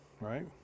right